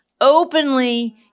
openly